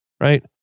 right